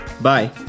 Bye